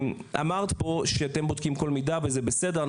אמרת פה שאתם בודקים כל מידע וזה בסדר.